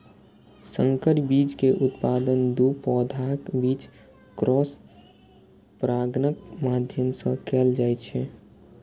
संकर बीज के उत्पादन दू पौधाक बीच क्रॉस परागणक माध्यम सं कैल जाइ छै